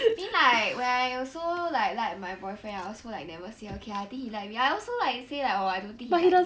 I mean like when I also like like my boyfriend I also like never say okay I think he like me I also like you say like oh I don't think he like me